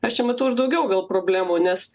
aš čia matau ir daugiau gal problemų nes